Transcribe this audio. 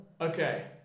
Okay